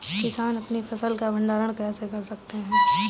किसान अपनी फसल का भंडारण कैसे कर सकते हैं?